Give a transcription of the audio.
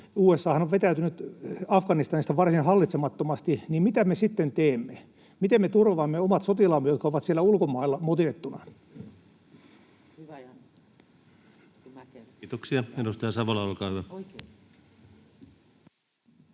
USA:han on vetäytynyt Afganistanista varsin hallitsemattomasti — niin mitä me sitten teemme? Miten me turvaamme omat sotilaamme, jotka ovat siellä ulkomailla motitettuina? Kiitoksia. — Edustaja Savola, olkaa hyvä.